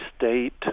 state